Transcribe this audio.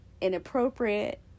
inappropriate